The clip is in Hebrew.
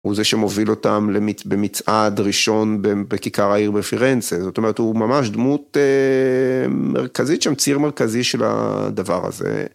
הוא זה שמוביל אותם במצעד ראשון בכיכר העיר בפירנצה. זאת אומרת, הוא ממש דמות מרכזית, שם ציר מרכזי של הדבר הזה.